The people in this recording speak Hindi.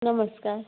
नमस्कार